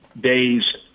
days